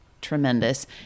tremendous